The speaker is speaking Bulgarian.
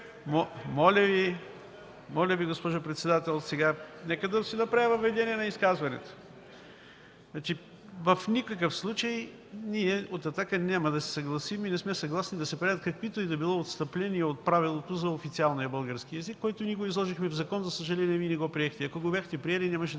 Моля Ви, госпожо председател, нека да си направя въведение на изказването. В никакъв случай ние от „Атака” няма да се съгласим и не сме съгласни да се правят каквито и да било отстъпления от правилото за официалния български език, което изложихме в закон. За съжаление, Вие не го приехте. Ако го бяхте приели, нямаше да